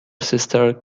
sister